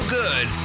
good